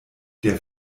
der